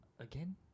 Again